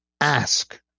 ask